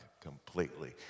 completely